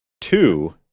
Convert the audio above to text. Two